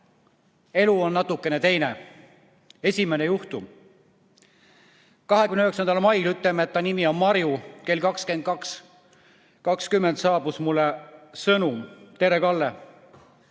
elu on natukene teine. Esimene juhtum. 29. mail, ütleme, et ta nimi on Marju, kell 22.20 saabus mulle temalt sõnum: "Tere, Kalle!